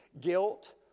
guilt